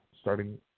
starting